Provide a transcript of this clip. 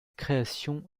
création